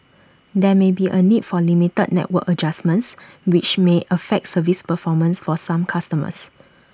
there may be A need for limited network adjustments which may affect service performance for some customers